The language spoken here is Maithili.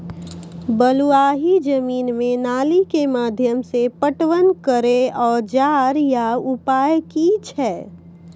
बलूआही जमीन मे नाली के माध्यम से पटवन करै औजार या उपाय की छै?